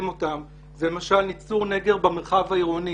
אתם זה למשל ייצור נגר במרחב העירוני.